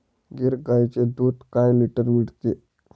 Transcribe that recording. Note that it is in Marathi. गीर गाईचे दूध काय लिटर मिळते?